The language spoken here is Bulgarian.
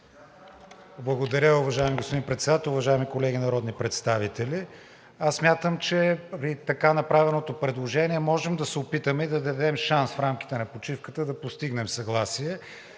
Благодаря, уважаеми господин Председател. Уважаеми колеги народни представители, аз смятам, че при така направеното предложение можем да се опитаме и да дадем шанс в рамките на почивката да постигнем съгласие.